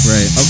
Right